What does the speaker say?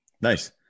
Nice